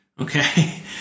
Okay